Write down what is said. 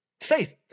faith